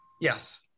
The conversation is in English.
Yes